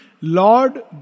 Lord